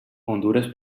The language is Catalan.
hondures